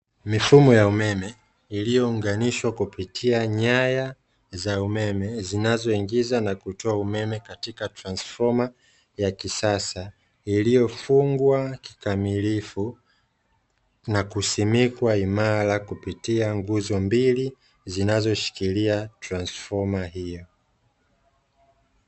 Mifumo ya umeme iliyounganishwa kupitia nyaya za umeme zinazoingiza na kutoa umeme katika transfoma ya kisasa, iliyofungwa kikamilifu na kusimikwa imara kupitia nguzo mbili zinazoshikilia transfoma hiyo.